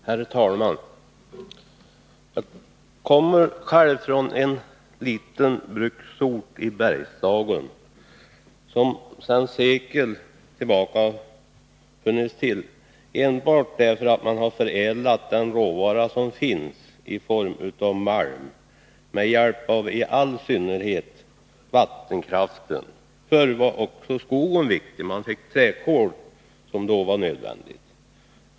Herr talman! Jag kommer från en liten bruksort i Bergslagen, som sedan sekel tillbaka har funnits till endast därför att man där har förädlat den råvara som finns i form av malm med hjälp av, i all synnerhet, vattenkraften. Förr var också skogen viktig, eftersom man fick träkol, som då var nödvändigt.